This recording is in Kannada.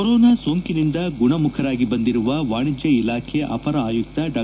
ಕೊರೋನಾ ಸೋಂಕಿನಿಂದ ಗುಣಮುಖರಾಗಿ ಬಂದಿರುವ ವಾಣಿಜ್ಯ ಇಲಾಖೆ ಅಪರ ಆಯುಕ್ತ ಡಾ